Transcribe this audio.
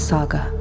Saga